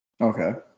Okay